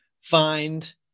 find